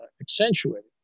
accentuated